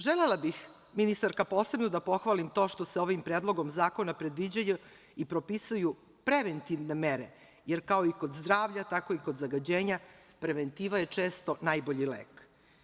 Želela bih, ministarka, posebno da pohvalim to što se ovim predlogom zakona predviđaju i propisuju preventivne mere, jer kao i kod zdravlja, tako i kod zagađenja, preventiva je često najbolji lek.